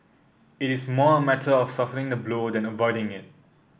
it is more a matter of softening the blow than avoiding it